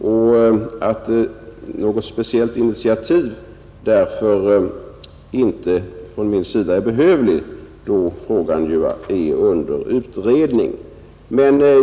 Då frågan befinner sig under utredning, är sålunda inte något initiativ från min sida behövligt.